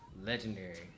legendary